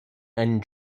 and